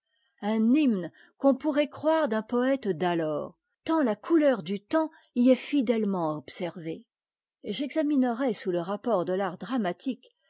un hymne qu'on pourrait croire d'un poëte d'alors tant la couteùr du temps y est sdètement observée j'examinerai sous le rapport de l'art dramatique